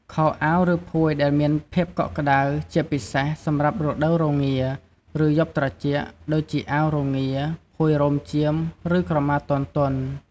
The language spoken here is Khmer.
ខោអាវ ឬភួយដែលមានភាពកក់ក្តៅ ជាពិសេសសម្រាប់រដូវរងា ឬយប់ត្រជាក់ ដូចជាអាវរងា ភួយរោមចៀម ឬក្រមាទន់ៗ។